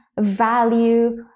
value